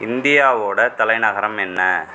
இந்தியாவோடய தலைநகரம் என்ன